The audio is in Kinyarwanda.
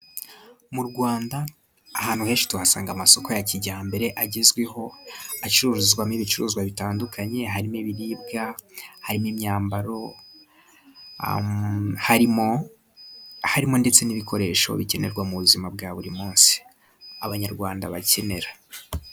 Mu Rwanda ahantu henshi tuhasanga amasoko ya kijyambere agezweho, acururizwamo ibicuruzwa bitandukanye: harimo ibiribwa, harimo imyambaro, harimo ndetse n'ibikoresho bikenerwa mu buzima bwa buri munsi, abanyarwanda bakenera.